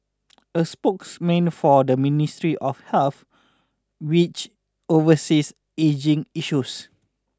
a spokesman for the Ministry of Health which oversees ageing issues